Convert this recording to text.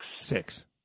Six